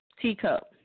teacup